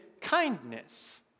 kindness